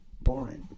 boring